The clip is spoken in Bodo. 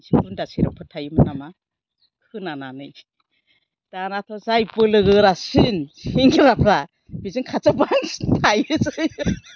एसे गुन्दा सेरेपफोर थायोमोन नामा खोनानानै दानाथ' जाय बोलोगोरासिन सेंग्राफ्रा बेजों खाथियाव बांसिन थायो जों